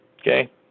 okay